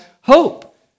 hope